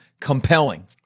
compelling